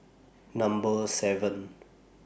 Number seven